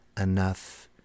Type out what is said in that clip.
enough